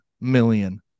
million